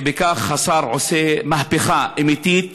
ובכך השר עושה מהפכה אמיתית,